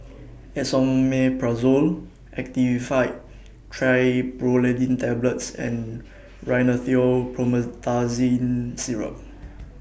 Esomeprazole Actifed Triprolidine Tablets and Rhinathiol Promethazine Syrup